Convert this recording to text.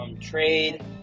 trade